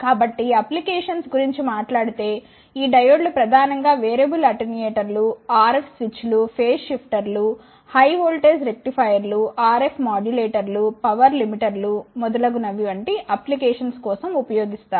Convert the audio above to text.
కాబట్టి నేను అప్లికేషన్స్ గురించి మాట్లాడితే ఈ డయోడ్లు ప్రధానంగా వేరియబుల్ అటెన్యూయేటర్లు RF స్విచ్లు ఫేజ్ షిఫ్టర్లు హై వోల్టేజ్ రెక్టిఫైయర్లు RF మాడ్యులేటర్లు పవర్ లిమిటర్లు మొదలైనవి వంటి అప్లికేషన్స్ కోసం ఉపయోగిస్తారు